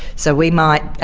so we might,